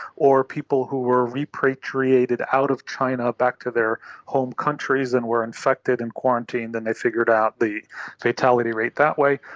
or people who were repatriated out of china back to their home countries and were infected and quarantined and they figured out the fatality rate that way,